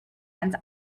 hands